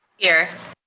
here.